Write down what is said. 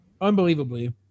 Unbelievably